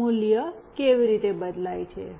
મૂલ્ય કેવી રીતે બદલાય છે